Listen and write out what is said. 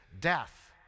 death